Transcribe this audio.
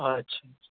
اچھا اچھا